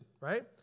right